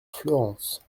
fleurance